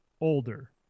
Older